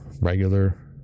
regular